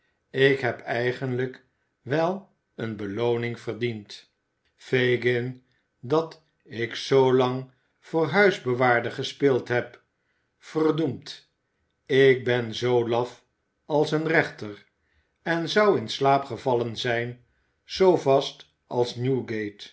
ik heb eigenlijk wel eene belooning verdiend fagin dat ik zoolang voor huisbewaarder gespeeld heb verdoemd ik ben zoo laf als een rechter en zou in slaap gevallen zijn zoo vast als